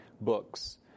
books